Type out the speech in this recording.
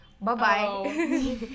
bye-bye